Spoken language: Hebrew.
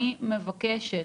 אני מבקשת,